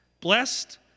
blessed